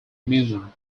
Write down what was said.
museum